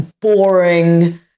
boring